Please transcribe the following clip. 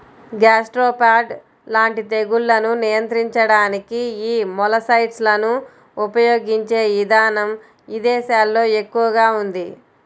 gastropod లాంటి తెగుళ్లను నియంత్రించడానికి యీ మొలస్సైడ్లను ఉపయిగించే ఇదానం ఇదేశాల్లో ఎక్కువగా ఉంది